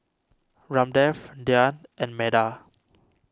Ramdev Dhyan and Medha